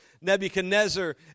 Nebuchadnezzar